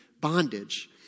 bondage